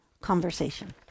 conversation